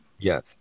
Yes